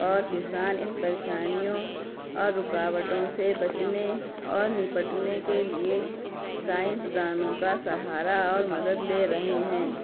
اور کسان ان پریشانیوں اور رکاوٹوں سے بچنے اور نپٹنے کے لیے سائنس دانوں کا سہارا اور مدد لے رہے ہیں